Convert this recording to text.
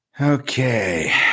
Okay